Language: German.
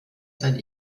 seit